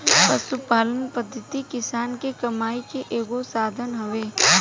पशुपालन पद्धति किसान के कमाई के एगो साधन हवे